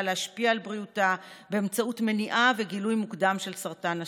להשפיע על בריאותה באמצעות מניעה וגילוי מוקדם של סרטן השד.